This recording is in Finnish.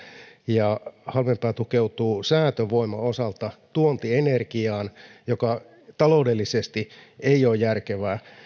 ja halmeenpää tukeutuu säätövoiman osalta tuontienergiaan mikä taloudellisesti ei ole järkevää